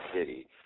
City